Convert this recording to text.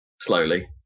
slowly